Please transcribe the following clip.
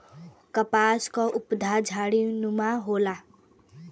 कपास क पउधा झाड़ीनुमा होला